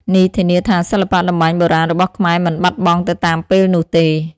នេះធានាថាសិល្បៈតម្បាញបុរាណរបស់ខ្មែរមិនបាត់បង់ទៅតាមពេលនោះទេ។